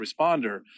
responder